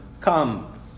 come